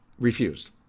refused